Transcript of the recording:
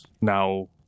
now